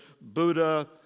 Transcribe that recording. Buddha